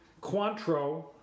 Cointreau